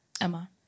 Emma